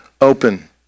open